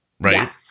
right